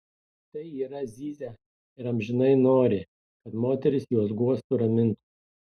tai yra zyzia ir amžinai nori kad moterys juos guostų ramintų